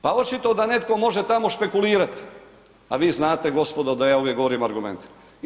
Pa očito da netko može tamo špekulirati, a vi znate gospodo da je uvijek govorim argumentima.